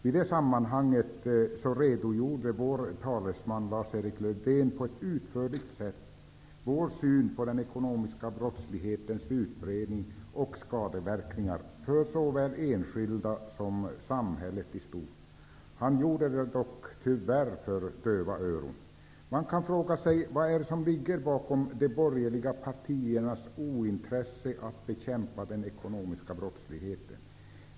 I det sammanhanget redogjorde vår talesman Lars-Erik Lövdén på ett utförligt sätt för vår syn på den ekonomiska brottslighetens utbredning och skadeverkningar för såväl enskilda som samhället i stort. Han gjorde det dock tyvärr för döva öron. Man kan fråga sig vad det är som ligger bakom de borgerliga partiernas ointresse att bekämpa den ekonomiska brottsligheten.